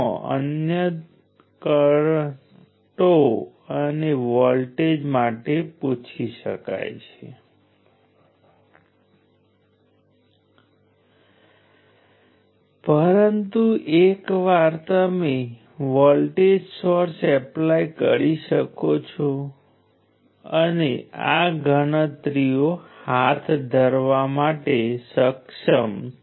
આપણે constant voltage apply કર્યા છે તેથી જો વોલ્ટેજ નો સમય બદલાય તો સમયના અંતરાલ સુધીમાં આપણે પાવરને ગુણાકાર કરવો પડશે પાવરમાં ફેરફાર કરવાનો સમય અલગ હશે અને આ સમયના અંતરાલમાં એકીકૃત થવું પડશે